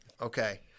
Okay